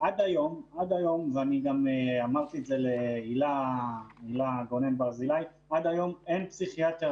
עד היום ואמרתי את זה גם להילה גונן ברזילי אין פסיכיאטר